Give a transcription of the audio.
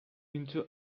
into